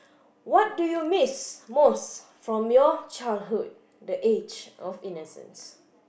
what do you miss most from your childhood the age of innocence